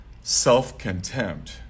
self-contempt